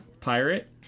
pirate